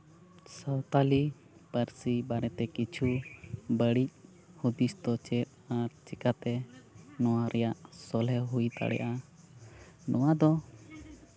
ᱥᱟᱱᱛᱟᱞᱤ ᱯᱟᱹᱨᱥᱤ ᱵᱟᱨᱮᱛᱮ ᱠᱤᱪᱷᱩ ᱵᱟᱹᱲᱤᱡ ᱦᱩᱫᱤᱥ ᱫᱚ ᱪᱮᱫ ᱟᱨ ᱪᱤᱠᱟᱹᱛᱮ ᱱᱚᱣᱟ ᱨᱮᱭᱟᱜ ᱥᱚᱞᱦᱮ ᱦᱩᱭ ᱫᱟᱲᱮᱜᱼᱟ ᱱᱚᱣᱟᱫᱚ